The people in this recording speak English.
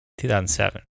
2007